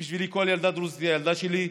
בשבילי כל ילדה דרוזית היא הילדה שלי,